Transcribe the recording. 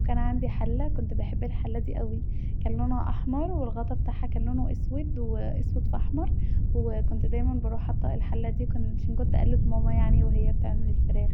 وكان عندي حله كنت بحب الحله دي اوي كان لونها احمر والغطي بتاعها كان لونه اسود و اسود في احمر وكنت دايما بروح حاطة الحله دي عشان كنت اقلد ماما وهي بتعمل الفراخ